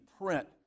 print